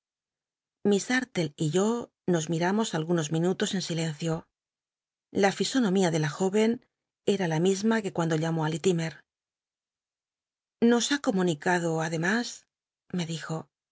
dartle y yo nos miramos algunos minu tos en silencio la fi sonomía de la jóycn era la misma que cu tndo lhunó i lillimcr nos ha comun icado ademas me dijo